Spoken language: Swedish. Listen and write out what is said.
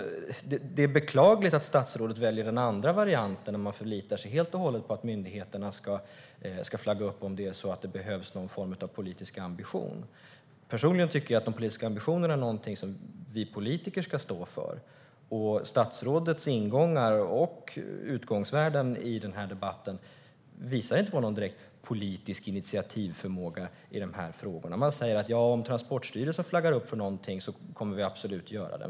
Det är beklagligt att statsrådet väljer den andra varianten där man förlitar sig helt och hållet på att myndigheterna ska flagga om det behövs någon form av politisk ambition. Personligen tycker jag att de politiska ambitionerna är någonting som vi politiker ska stå för. Statsrådets ingångar och utgångsvärden i den här debatten visar inte på någon direkt politisk initiativförmåga i de här frågorna. Man säger: Ja, om Transportstyrelsen flaggar för någonting kommer vi absolut att göra det.